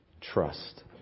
trust